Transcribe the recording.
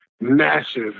massive